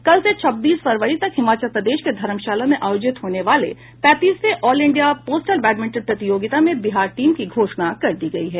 कल से छब्बीस फरवरी तक हिमाचल प्रदेश के धर्मशाला में आयोजित होने वाली पैंतीसवीं ऑल इंडिया पोस्टल बैडमिंटन प्रतियोगिता में बिहार टीम की घोषणा कर दी गयी है